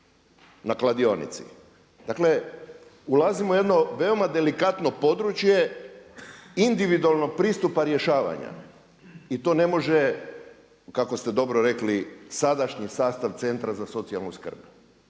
na kladionici. Dakle, ulazimo u jedno veoma delikatno područje individualnog pristupa rješavanja i to ne može kako ste dobro rekli sadašnji sastav Centra za socijalnu skrb.